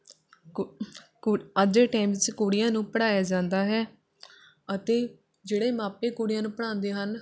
ਅੱਜ ਦੇ ਟਾਈਮ 'ਚ ਕੁੜੀਆਂ ਨੂੰ ਪੜ੍ਹਾਇਆ ਜਾਂਦਾ ਹੈ ਅਤੇ ਜਿਹੜੇ ਮਾਪੇ ਕੁੜੀਆਂ ਨੂੰ ਪੜ੍ਹਾਉਂਦੇ ਹਨ